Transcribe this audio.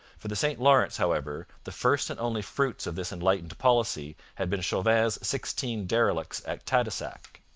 for the st lawrence, however, the first and only fruits of this enlightened policy had been chauvin's sixteen derelicts at tadoussac.